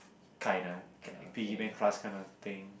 kind lah k~ piggy bank class kind of thing